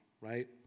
Right